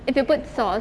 if you put sauce